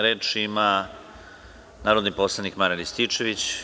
Reč ima narodni poslanik Marijan Rističević.